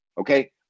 okay